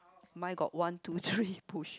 mine got one two three push